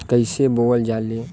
कईसे बोवल जाले?